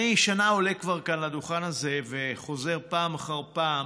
אני כבר שנה עולה כאן לדוכן הזה וחוזר פעם אחר פעם